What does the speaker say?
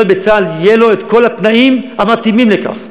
בצה"ל יהיו לו כל התנאים המתאימים לכך?